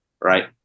right